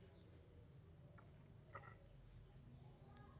ಭಾರತದ ಮಿಲಿಟರಿ ಬಜೆಟ್ನ ಯಾರ ಮಂಡಿಸ್ತಾರಾ